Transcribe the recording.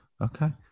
Okay